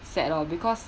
sad loh because